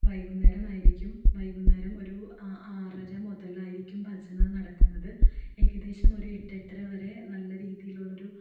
വൈകുന്നേരം ആയിരിക്കും വൈകുന്നേരം ഒരു ആ ആറര മുതലായിരിക്കും ഭജന നടക്കുന്നത്ത് ഏകദേശം ഒരു എട്ട് എട്ടര വരെ നല്ല രീതിയിലുള്ളൊരു